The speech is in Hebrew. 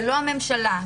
לא הממשלה.